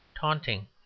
taunting